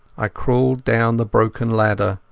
i crawled down the broken ladder,